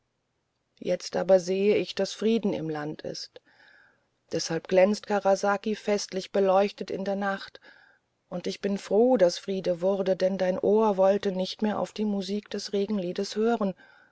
jetzt aber sehe ich daß friede am land ist deshalb glänzt karasaki festlich beleuchtet in der nacht und ich bin froh daß friede wurde denn dein ohr wollte nicht mehr auf die musik des regenliedes hören